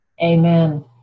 Amen